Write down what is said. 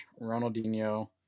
Ronaldinho